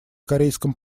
корейском